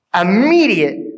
Immediate